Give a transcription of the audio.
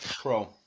pro